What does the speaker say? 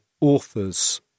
authors